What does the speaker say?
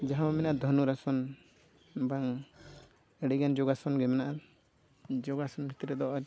ᱡᱟᱦᱟᱸ ᱵᱚᱱ ᱢᱮᱱᱟ ᱫᱷᱩᱱᱟᱨᱟᱥᱚᱱ ᱵᱟᱝ ᱟᱹᱰᱤ ᱜᱟᱱ ᱡᱳᱜᱟᱥᱚᱱ ᱜᱮ ᱢᱮᱱᱟᱜᱼᱟ ᱡᱳᱜᱟᱥᱚᱱ ᱵᱷᱤᱛᱨᱤ ᱨᱮᱫᱚ